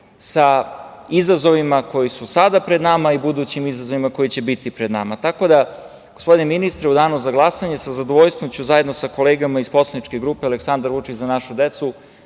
sa izazovima koji su sada pred nama i budućim izazovima koji će biti pred nama. Gospodine ministre, u danu za glasanje sa zadovoljstvom ću zajedno sa kolegama iz poslaničke grupe Aleksandar Vučić – za našu decu,